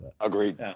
Agreed